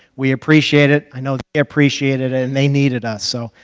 we appreciate it. i know they appreciated it, and they needed us, so,